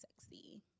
Sexy